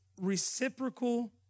reciprocal